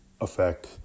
effect